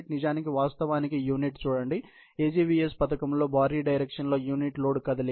నిజానికి వాస్తవానికి యూనిట్ చూడండి AGVS పథకంలో భారీ డైరెక్షనల్ యూనిట్ లోడ్ కదలిక